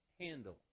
handle